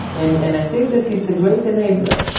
and and i think that it's a great enabler